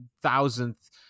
thousandth